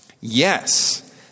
Yes